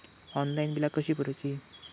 Online बिला कशी भरूची?